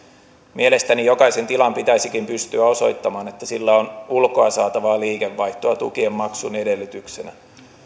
mielestäni jokaisen tilan pitäisikin pystyä osoittamaan että sillä on ulkoa saatavaa liikevaihtoa tukien maksun edellytyksenä